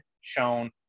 shown